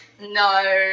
No